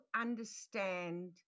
understand